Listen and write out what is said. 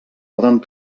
poden